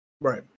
Right